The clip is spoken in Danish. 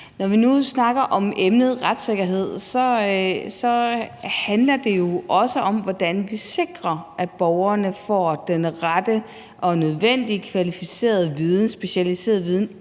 Når vi nu snakker om emnet retssikkerhed, handler det jo også om, hvordan vi sikrer, at borgerne får den rette og nødvendige kvalificerede og specialiserede viden